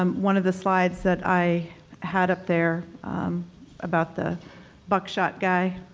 um one of the slides that i had up there about the buckshot guy,